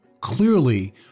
clearly